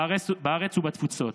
בארץ ובתפוצות,